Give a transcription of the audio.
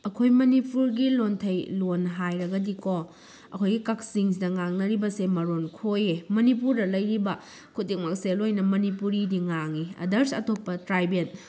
ꯑꯩꯈꯣꯏ ꯃꯅꯤꯄꯨꯔꯒꯤ ꯂꯣꯟꯊꯩ ꯂꯣꯟ ꯍꯥꯏꯔꯒꯗꯤꯀꯣ ꯑꯩꯈꯣꯏꯒꯤ ꯀꯛꯆꯤꯡꯁꯤꯗ ꯉꯥꯡꯅꯔꯤꯕꯁꯦ ꯃꯔꯣꯟ ꯈꯣꯏꯌꯦ ꯃꯅꯤꯄꯨꯔꯗ ꯂꯩꯔꯤꯕ ꯈꯨꯗꯤꯡꯃꯛꯁꯦ ꯂꯣꯏꯅ ꯃꯅꯤꯄꯨꯔꯤꯗꯤ ꯉꯥꯡꯉꯤ ꯑꯗꯔꯁ ꯑꯇꯣꯞꯄ ꯇ꯭ꯔꯥꯏꯕꯦꯜ